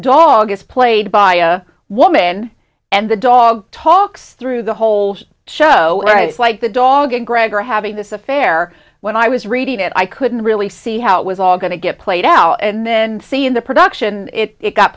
dog is played by a woman and the dog talks through the whole show like the dog and greg are having this affair when i was reading it i couldn't really see how it was all going to get played out and then see in the production it